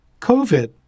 covid